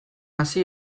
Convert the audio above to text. hasi